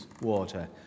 water